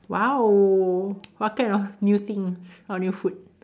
!wow! what kind of new things on your food